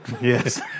Yes